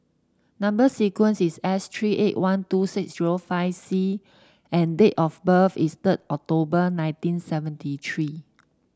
number sequence is S three eight one two six zero five C and date of birth is third October nineteen seventy three